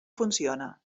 funciona